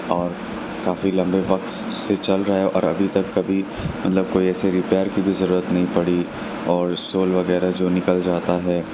اور کافی لمبے وقت سے چل رہا ہے اور ابھی تک کبھی مطلب کوئی ایسی ریپئر کی بھی ضرورت نہیں پڑی اور سول وغیرہ جو نکل جاتا ہے